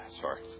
sorry